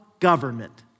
government